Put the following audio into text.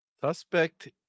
Suspect